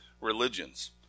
religions